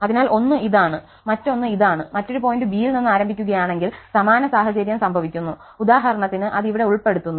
അതിനാൽ ഒന്ന് ഇതാണ് മറ്റൊന്ന് ഇതാണ് മറ്റൊരു പോയിന്റ് b യിൽ നിന്ന് ആരംഭിക്കുകയാണെങ്കിൽ സമാന സാഹചര്യം സംഭവിക്കുന്നു ഉദാഹരണത്തിന് അത് ഇവിടെ ഉൾപെടുത്തുന്നു